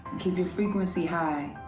keep your frequency high,